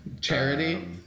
charity